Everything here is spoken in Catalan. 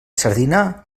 sardina